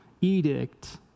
edict